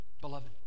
beloved